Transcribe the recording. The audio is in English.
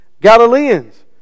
Galileans